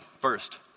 first